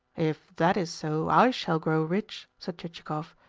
if that is so, i shall grow rich, said chichikov,